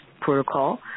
protocol